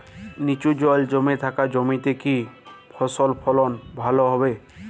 নিচু জল জমে থাকা জমিতে কি ফসল ফলন ভালো হবে?